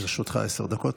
לרשותך עשר דקות.